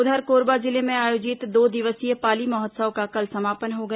उधर कोरबा जिले में आयोजित दो दिवसीय पाली महोत्सव का कल समापन हो गया